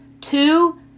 Two